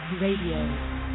Radio